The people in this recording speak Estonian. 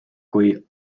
kui